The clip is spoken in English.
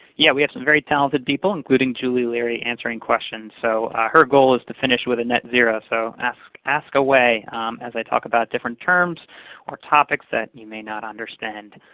yeah, we have some very talented people, including julie leary, answering questions. so her goal is to finish with a net zero, so ask ask away as i talk about different terms or topics that you may not understand.